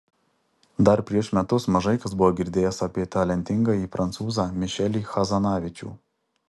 dar prieš metus mažai kas buvo girdėjęs apie talentingąjį prancūzą mišelį hazanavičių